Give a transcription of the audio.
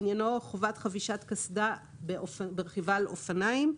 עניינו חובת חבישת קסדה ברכיבה על אופניים.